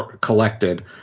collected